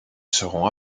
seront